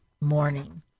morning